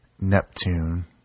Neptune